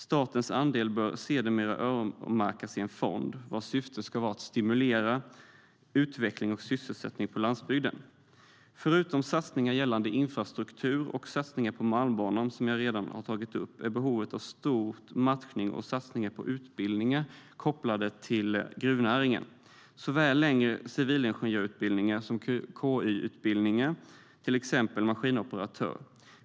Statens andel bör sedermera öronmärkas i en fond, vars syfte ska vara att stimulera utveckling och sysselsättning på landsbygden. Förutom satsningar gällande infrastruktur och satsningar på Malmbanan, som jag redan har tagit upp, är behovet stort av matchning och satsningar på utbildningar kopplade till gruvnäringen, såväl längre civilingenjörsutbildningar som KY-utbildningar, till exempelvis till maskinoperatör.